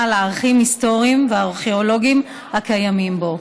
לערכים היסטוריים וארכיאולוגיים הקיימים בו.